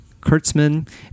Kurtzman